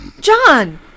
John